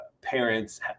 parents